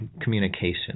communication